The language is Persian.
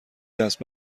دست